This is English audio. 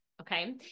Okay